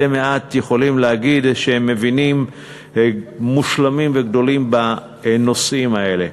מתי מעט יכולים להגיד שהם מבינים מושלמים וגדולים בנושאים האלה.